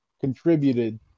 contributed